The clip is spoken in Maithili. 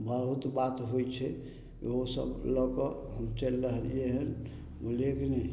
बहुत बात होइ छै इहो सब लअ कऽ हम चलि रहलियै हन बुझलियै की नहि